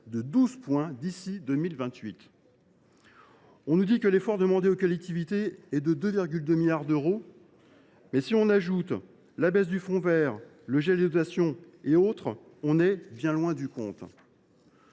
de 12 points d’ici à 2028. On nous dit que l’effort demandé aux collectivités est de 2,2 milliards d’euros, mais, si l’on ajoute la baisse du fonds vert, le gel des dotations, et j’en passe, on sera en fait bien loin du compte